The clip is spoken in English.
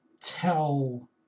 tell